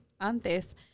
antes